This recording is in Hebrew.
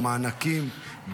במענקים.